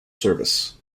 service